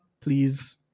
Please